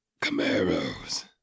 Camaros